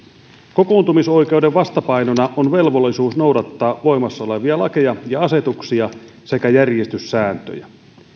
kokoontumisoikeuden vastapainona on velvollisuus noudattaa voimassa olevia lakeja ja asetuksia sekä järjestyssääntöjä